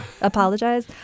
apologize